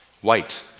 white